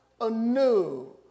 anew